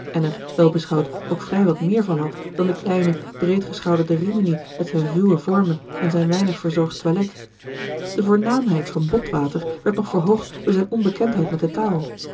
en er wel beschouwd ook vrij wat meer gerard keller het testament van mevrouw de tonnette van had dan de kleine breedgeschouderde rimini met zijne ruwe vormen en zijn weinig verzorgd toilet de voornaamheid van botwater werd nog verhoogd door zijne onbekendheid met de taal